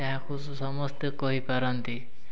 ଏହାକୁ ସମସ୍ତେ କହିପାରନ୍ତି